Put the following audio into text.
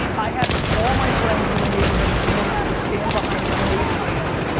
i had all my friends in the neighborhood convinced to stand behind lemonade stands,